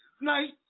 nice